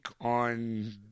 on